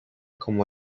como